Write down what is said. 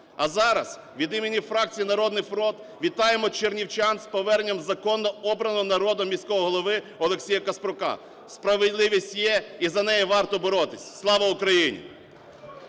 А зараз від імені фракції "Народний фронт" вітаємо чернівчан з поверненням законно обраного народом міського голови Олексія Каспрука. Справедливість є і за неї варто боротись. Слава Україні!